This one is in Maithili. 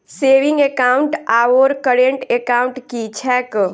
सेविंग एकाउन्ट आओर करेन्ट एकाउन्ट की छैक?